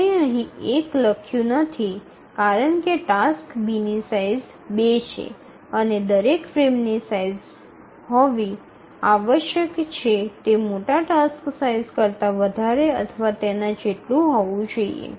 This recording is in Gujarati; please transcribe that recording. આપણે અહીં ૧ લખ્યું નથી કારણ કે ટાસ્ક B ની સાઇઝ ૨ છે અને દરેક ફ્રેમની સાઇઝ હોવી આવશ્યક છે તે સૌથી મોટા ટાસ્ક સાઇઝ કરતા વધારે અથવા તેના જેટલું હોવું જોઈએ